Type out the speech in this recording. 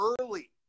early